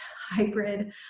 hybrid